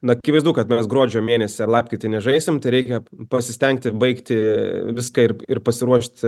na akivaizdu kad mes gruodžio mėnesį ar lapkritį nežaisim reikia pasistengti baigti viską ir ir pasiruošt